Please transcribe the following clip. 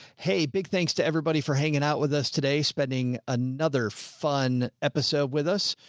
hey, big. thanks to everybody for hanging out with us today. spending another fun episode with us.